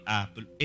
apple